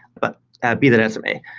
but be that as it may.